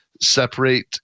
separate